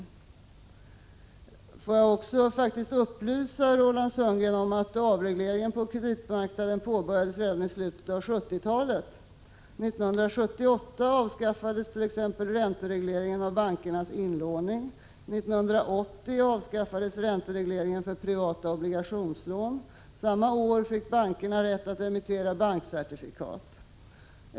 35 Får jag också upplysa Roland Sundgren om att avregleringen på kredit 10 december 1986 marknaden faktiskt påbörjades redan i slutet av 1970-talet. 1978 avskaffades t.ex. ränteregleringen när det gäller bankernas inlåning, 1980 avskaffades ränteregleringen för privata obligationslån, samma år fick bankerna rätt att emittera bankcertifikat.